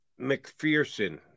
McPherson